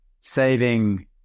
saving